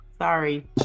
Sorry